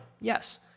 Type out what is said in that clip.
yes